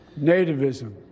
nativism